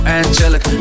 angelic